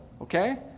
Okay